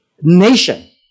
nation